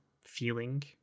feeling